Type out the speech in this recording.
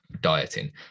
dieting